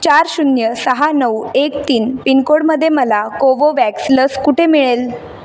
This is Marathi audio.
चार शून्य सहा नऊ एक तीन पिन कोडमध्ये मला कोवोवॅक्स लस कुठे मिळेल